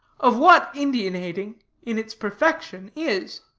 of what indian-hating in its perfection is.